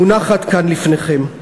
מונחת כאן לפניכם.